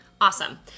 Awesome